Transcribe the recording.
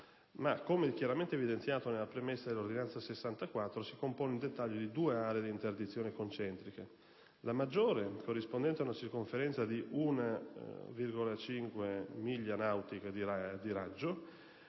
ma, come chiaramente evidenziato nella premessa dell'ordinanza n. 64 del 2008, si compone, in dettaglio, di due aree di interdizione concentriche: la maggiore, corrispondente ad una circonferenza di 1,5 miglia nautiche di raggio,